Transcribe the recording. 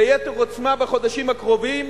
ביתר עוצמה בחודשים הקרובים.